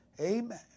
Amen